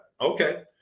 Okay